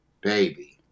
baby